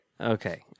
Okay